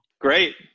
Great